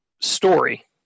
story